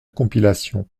compilation